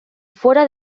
fuera